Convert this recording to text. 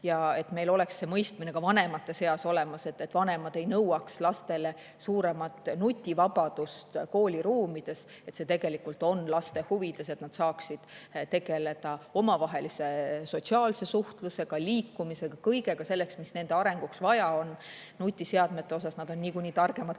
ja et meil oleks see mõistmine ka vanemate seas olemas, et vanemad ei nõuaks lastele suuremat nutivabadust kooliruumides. See tegelikult on laste huvides, et nad saaksid tegeleda omavahelise sotsiaalse suhtlusega, liikumisega, kõige sellega, mis nende arenguks vaja on. Nutiseadmete osas nad on niikuinii targemad kui